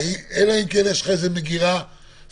אלא אם כן יש לך איזה מגירה סודית,